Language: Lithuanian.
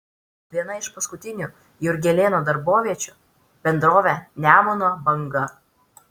viena iš paskutinių jurgelėno darboviečių bendrovė nemuno banga